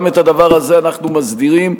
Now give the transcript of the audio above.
גם את הדבר הזה אנחנו מסדירים,